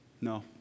No